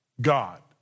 God